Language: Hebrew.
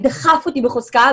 דחף אותי בחוזקה,